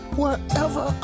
wherever